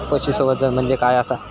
पशुसंवर्धन म्हणजे काय आसा?